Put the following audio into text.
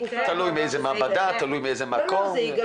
תלוי מאיזו מעבדה ותלוי מאיזה מקום.